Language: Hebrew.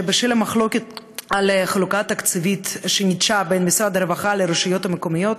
בשל המחלוקת על חלוקה תקציבית שניטשה בין משרד הרווחה לרשויות המקומיות,